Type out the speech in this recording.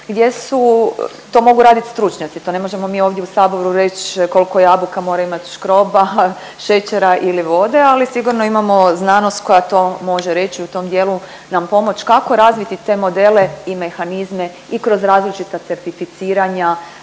gdje su, to mogu radit stručnjaci, to ne možemo mi ovdje u saboru reć koliko jabuka mora imat škroba, šećera ili vode, ali sigurno imamo znanost koja to može reći i u tom dijelu nam pomoći kako razviti te modele i mehanizme i kroz različita certificiranja